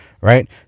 right